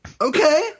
Okay